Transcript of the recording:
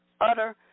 utter